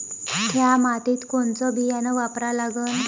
थ्या मातीत कोनचं बियानं वापरा लागन?